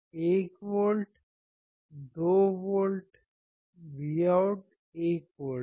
1 volt 2 volt Vout 1 volt है